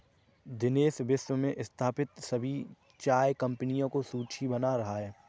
दिनेश विश्व में स्थापित सभी चाय कंपनियों की सूची बना रहा है